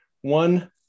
One